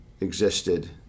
existed